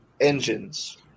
engines